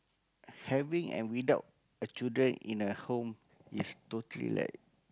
having and without a children in a home is totally like